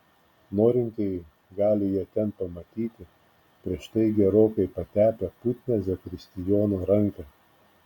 norintieji gali ją ten pamatyti prieš tai gerokai patepę putnią zakristijono ranką